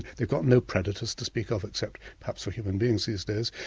they've got no predators to speak of, except perhaps for human beings these days,